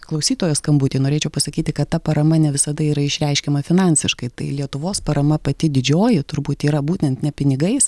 klausytojo skambutį norėčiau pasakyti kad ta parama ne visada yra išreiškiama finansiškai tai lietuvos parama pati didžioji turbūt yra būtent ne pinigais